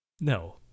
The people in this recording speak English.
No